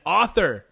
author